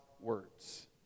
words